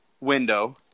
window